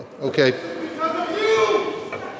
Okay